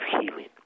healing